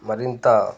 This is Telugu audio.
మరింత